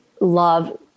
love